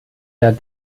der